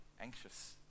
anxious